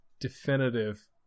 Definitive